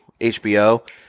HBO